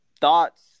thoughts